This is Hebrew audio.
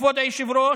כבוד היושב-ראש,